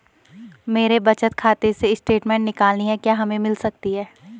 मेरे बचत खाते से स्टेटमेंट निकालनी है क्या हमें मिल सकती है?